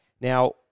Now